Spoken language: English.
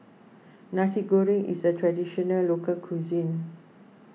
Nasi Goreng is a Traditional Local Cuisine